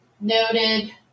noted